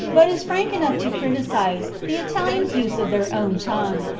but is frank enough to criticize, the italians' use of their own tongue.